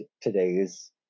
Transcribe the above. today's